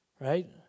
right